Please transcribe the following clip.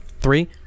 Three